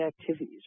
activities